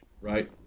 right